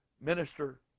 minister